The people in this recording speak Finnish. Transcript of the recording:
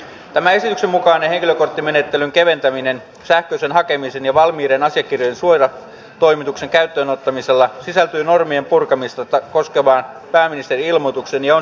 tämä esityksen mukainen henkilökorttimenettelyn keventäminen sähköisen hakemisen ja valmiiden asiakirjojen suoratoimituksen käyttöön ottamisella sisältyy normien purkamista koskevaan pääministerin ilmoitukseen ja on siksikin kannatettava